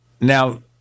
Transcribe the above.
Now